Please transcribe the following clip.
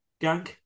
gang